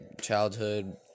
childhood